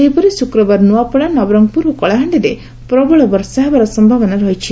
ସେହିପରି ଶୁକ୍ରବାର ନୁଆପଡ଼ା ନବରଙ୍ଙପୁର ଓ କଳାହାଡିରେ ପ୍ରବଳ ବର୍ଷା ହେବାର ସୟାବନା ରହିଛି